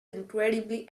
incredibly